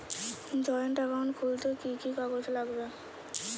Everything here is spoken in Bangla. জয়েন্ট একাউন্ট খুলতে কি কি কাগজ লাগবে?